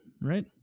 right